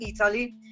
Italy